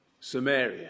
Samaria